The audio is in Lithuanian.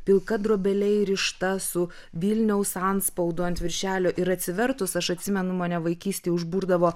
pilka drobele įrišta su vilniaus antspaudu ant viršelio ir atsivertus aš atsimenu mane vaikystėj užburdavo